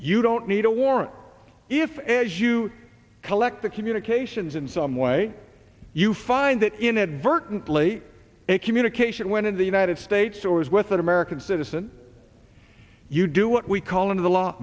you don't need a warrant if as you collect the communications in some way you find that inadvertently a communication when in the united states or as with an american citizen you do what we call in the la